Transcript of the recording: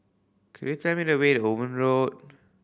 could you tell me the way Owen Road